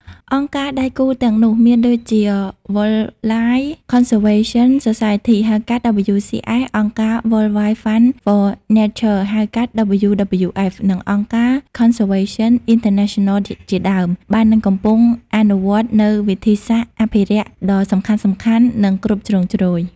អង្គការដៃគូទាំងនោះមានដូចជា Wildlife Conservation Society ហៅកាត់ WCS អង្គការ World Wide Fund for Nature ហៅកាត់ WWF និងអង្គការ Conservation International ជាដើម បាននិងកំពុងអនុវត្តនូវវិធីសាស្រ្តអភិរក្សដ៏សំខាន់ៗ និងគ្រប់ជ្រុងជ្រោយ។